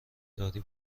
داری